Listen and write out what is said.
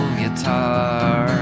guitar